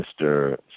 Mr